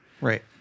Right